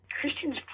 Christians